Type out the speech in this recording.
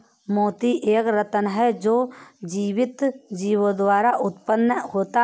मोती एक रत्न है जो जीवित जीवों द्वारा उत्पन्न होता है